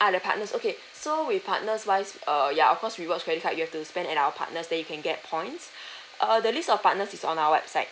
ah the partners okay so with partners wise err ya of course rewards credit card you have to spend at our partners then you can get points uh the list of partners is on our website